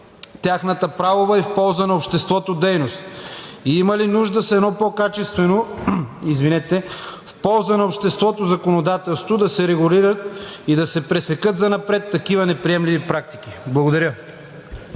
тяхната правова и в полза на обществото дейност? Има ли нужда с едно по качествено в полза на обществото законодателство да се регулират и да се пресекат занапред такива неприемливи практики? Благодаря.